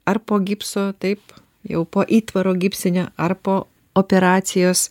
ar po gipso taip jau po įtvaro gipsinio ar po operacijos